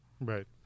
Right